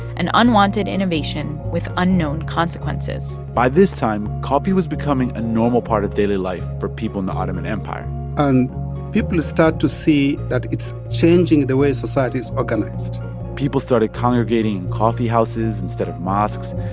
an unwanted innovation with unknown consequences by this time, coffee was becoming a normal part of daily life for people in the ottoman empire and people start to see that it's changing the way society is organized people started congregating in coffeehouses instead of mosques.